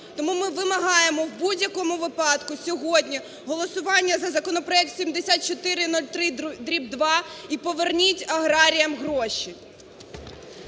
Тому ми вимагаємо в будь-якому випадку сьогодні голосування за законопроект 7403-2. І поверніть аграріям гроші.